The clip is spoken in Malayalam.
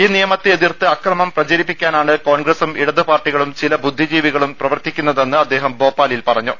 ഈ നിയമത്തെ എതിർത്ത് അക്രമം പ്രചരിപ്പിക്കാനാണ് കോൺഗ്രസും ഇടതുപാർട്ടികളും ചില ബുദ്ധിജീവികളും പ്രവർത്തിക്കുന്നു തെന്ന് അദ്ദേഹം ഭോപ്പാലിൽ പറഞ്ഞു